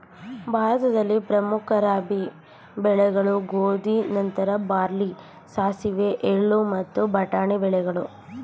ಭಾರತದಲ್ಲಿ ಪ್ರಮುಖ ರಾಬಿ ಬೆಳೆಗಳು ಗೋಧಿ ನಂತರ ಬಾರ್ಲಿ ಸಾಸಿವೆ ಎಳ್ಳು ಮತ್ತು ಬಟಾಣಿ ಬೆಳೆಗಳು